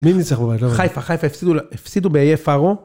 חיפה, חיפה, הפסידו באיי פרו.